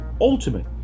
ultimate